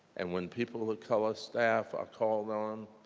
and when people of color staff are called on,